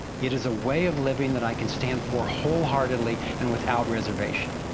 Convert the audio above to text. it is a way of living that i can stand for wholeheartedly and without reservation.